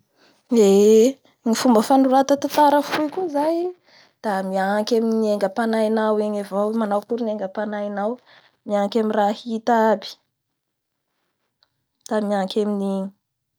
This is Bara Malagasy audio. Eeee! Ny fomba fanorata tatara foko io zay da miaky amin'ny egnamapanahianao egny avao, manaoa akory ny egapanahainao, miaky amin'ny raha hita aby, da miakay amin'igny.